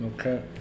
Okay